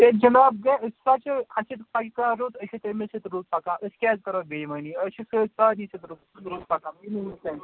أسۍ جناب گے اسی ہسا چھ اسہ چھ رُت أسۍ چھِ تمے سۭتۍ رُت پکان أسۍ کیاز کرو بے ایٖمٲنی أسۍ چھِ سارنے سۭتۍ رُت پکان یم وُنیُکھ تام چھ